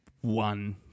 one